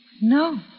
No